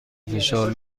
فشار